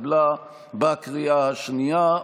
התקבלה בקריאה השנייה.